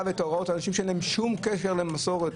וההוראות זה אנשים שאין להם שום קשר למסורת,